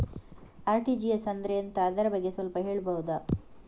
RTGS ಅಂದ್ರೆ ಎಂತ ಅದರ ಬಗ್ಗೆ ಸ್ವಲ್ಪ ಹೇಳಬಹುದ?